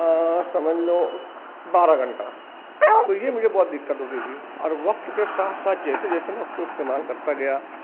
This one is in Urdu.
سمجھ لو بارہ گھنٹہ تو یہ مجھے بہت دقت ہوتی تھی اور وقت کے ساتھ ساتھ جیسے جیسے میں اس کو استعمال کرتا گیا